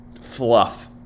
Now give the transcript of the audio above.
fluff